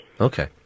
Okay